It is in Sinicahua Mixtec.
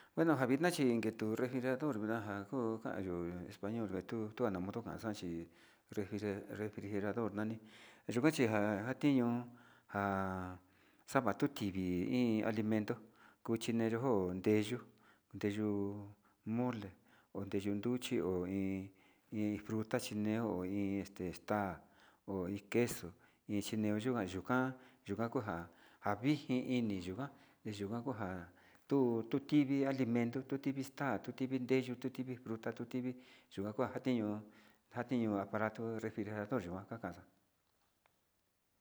Bueno njavitna chi njetu refrijerador kuña njan ndujayu español ndakuu otuana kokana xhian chi refri-refrijerador nani nayukachi natiño, njan xava'a tuu tivi iin alimeto kuu chineyo ko reyu reyu mole ho reyu nruchi ho iin fruta chi neo ho iin esta ha o iin queso iin xhikuan kuga nuu kan yuu ka'a kuan aviji ini yukuan neyuu kuan kua tuu kivi alimento, tuu tivi xa'a tuu tivi reyu tuu tivi fruta tuu tivi chua kua njenio njatio aparato refrijerador yikuan kakxa.